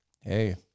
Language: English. Hey